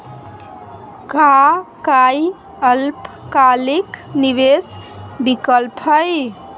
का काई अल्पकालिक निवेस विकल्प हई?